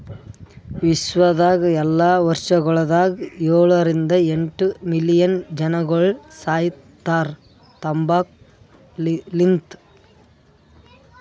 ವಿಶ್ವದಾಗ್ ಎಲ್ಲಾ ವರ್ಷಗೊಳದಾಗ ಏಳ ರಿಂದ ಎಂಟ್ ಮಿಲಿಯನ್ ಜನಗೊಳ್ ಸಾಯಿತಾರ್ ತಂಬಾಕು ಲಿಂತ್